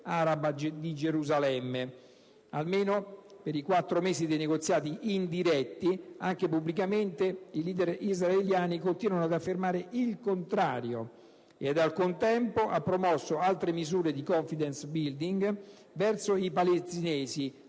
araba di Gerusalemme, almeno per i quattro mesi dei negoziati indiretti, anche se pubblicamente i leader israeliani continuano ad affermare il contrario, ed al contempo ha promosso altre misure di *confidence building* verso i palestinesi,